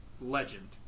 Legend